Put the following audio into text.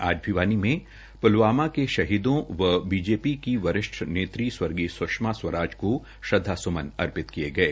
आज भिवानी में प्लवामा के शहीदों व बीजेपी की वरिष्ठ नेत्री स्षमा स्वराज को श्रद्धांस्मन अर्पित किये गये